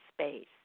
space